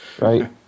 right